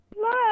Love